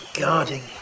guarding